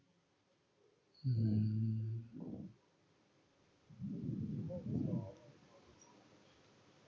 mm